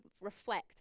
reflect